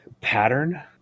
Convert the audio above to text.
pattern